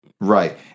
right